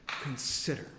Consider